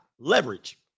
leverage